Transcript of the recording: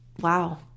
Wow